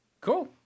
cool